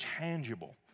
tangible